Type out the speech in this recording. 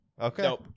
Okay